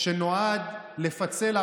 הפשע בהתנחלות